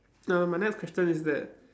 uh my next question is that